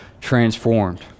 transformed